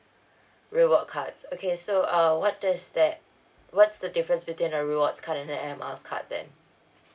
reward cards okay so err what does that what's the difference between a rewards card and a air miles card then